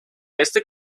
éste